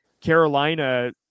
Carolina